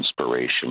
inspiration